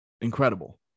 Incredible